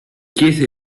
chiese